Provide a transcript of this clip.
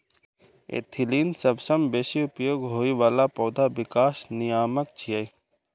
ethylene सबसं बेसी उपयोग होइ बला पौधा विकास नियामक छियै